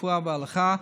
רפואה והלכה,